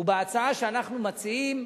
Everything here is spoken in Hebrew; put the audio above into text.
בהצעה שאנחנו מציעים,